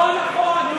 לא נכון.